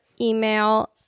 email